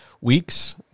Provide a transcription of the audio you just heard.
weeks